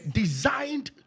designed